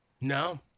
No